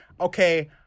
okay